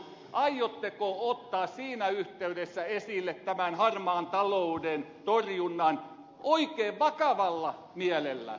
aiotteko ottaa siinä yhteydessä esille tämän harmaan talouden torjunnan oikein vakavalla mielellä